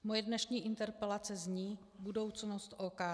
Moje dnešní interpelace zní Budoucnost OKD.